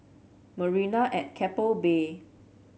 Marina at Keppel Bay